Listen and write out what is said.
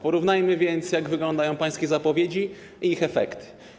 Porównajmy więc, jak wyglądają pańskie zapowiedzi i ich efekty.